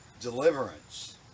deliverance